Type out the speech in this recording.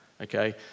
okay